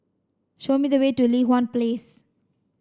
show me the way to Li Hwan Place